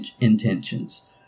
intentions